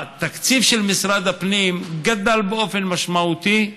התקציב של משרד הפנים גדל באופן משמעותי,